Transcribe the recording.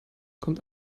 kommt